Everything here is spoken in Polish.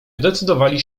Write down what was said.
zdecydowali